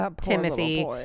timothy